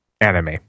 anime